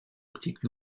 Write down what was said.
optique